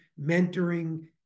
mentoring